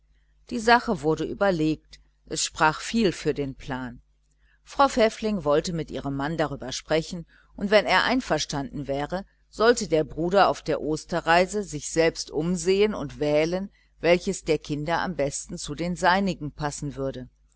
die sache wurde überlegt und es sprach viel für den plan frau pfäffling wollte mit ihrem mann darüber sprechen und wenn er einverstanden wäre sollte der bruder auf der osterreise sich selbst umsehen und wählen welches der kinder am besten zu den seinigen passen würde